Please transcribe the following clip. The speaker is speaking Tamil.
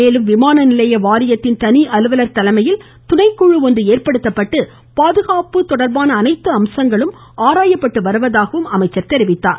மேலும் விமான நிலைய வாரியத்தின் தனி அலுவலர் தலைமையில் துணைக்குழு ஒன்று ஏற்படுத்தப்பட்டு பாதுகாப்பு தொடா்பான அனைத்து நிலைமைகளும் ஆராயப்பட்டு வருவதாகவும் அமைச்சர் தெரிவித்தார்